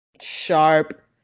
sharp